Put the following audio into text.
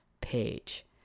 page